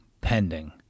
pending